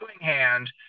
hand